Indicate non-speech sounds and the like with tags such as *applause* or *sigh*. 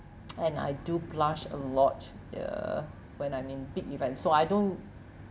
*noise* and I do blush a lot uh when I'm in big event so I don't